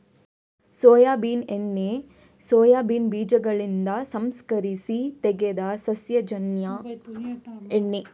soybean ಎಣ್ಣೆ soybean ಬೀಜಗಳಿಂದ ಸಂಸ್ಕರಿಸಿ ತೆಗೆದ ಸಸ್ಯಜನ್ಯ ಎಣ್ಣೆ